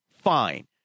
Fine